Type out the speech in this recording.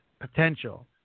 potential